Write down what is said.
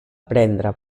prendre